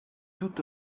tout